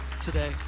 today